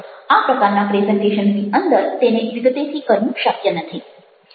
આ પ્રકારના પ્રેઝન્ટેશનની અંદર તેને વિગતેથી કરવું શક્ય નથી